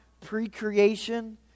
pre-creation